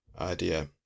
idea